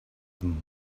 them